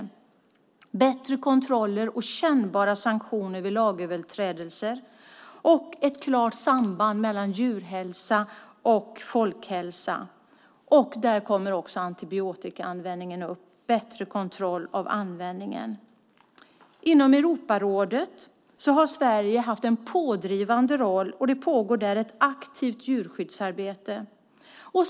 Förslaget skulle också innebära bättre kontroller och kännbara sanktioner vid lagöverträdelser samt ett klart samband mellan djurhälsa och folkhälsa. Där kommer också antibiotikaanvändningen in. Det blir bättre kontroll av användningen. Inom Europarådet har Sverige haft en pådrivande roll, och det pågår där ett aktivt djurskyddsarbete.